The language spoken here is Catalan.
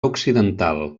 occidental